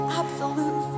absolute